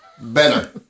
Better